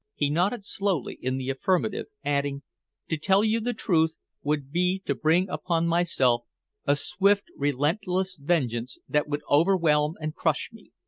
he nodded slowly in the affirmative, adding to tell you the truth would be to bring upon myself a swift, relentless vengeance that would overwhelm and crush me.